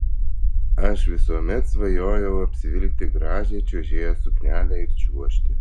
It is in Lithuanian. aš visuomet svajojau apsivilkti gražią čiuožėjos suknelę ir čiuožti